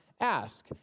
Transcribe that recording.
ask